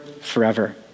forever